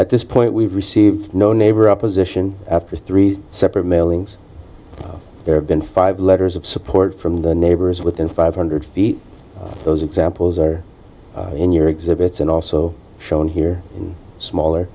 at this point we received no neighbor opposition after three separate mailings there have been five letters of support from the neighbors within five hundred feet those examples are in your exhibits and also shown here smaller